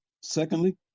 Secondly